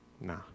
Nah